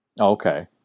Okay